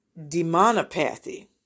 demonopathy